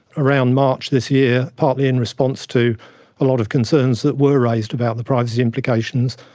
around march this year, partly in response to a lot of concerns that were raised about the privacy implications,